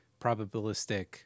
probabilistic